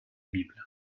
bible